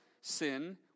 sin